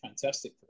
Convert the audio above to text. fantastic